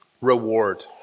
reward